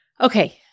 Okay